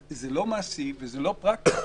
זה לא מעשי וזה לא פרקטי.